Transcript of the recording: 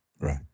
Right